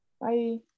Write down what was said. Bye